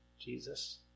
Jesus